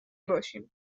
باشیم